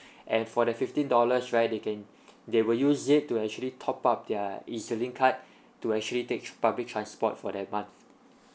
and for the fifteen dollars right they can they will use it to actually top up their ezlink card to actually takes public transport for that month